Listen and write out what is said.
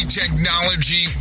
technology